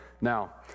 Now